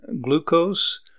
glucose